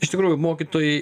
iš tikrųjų mokytojai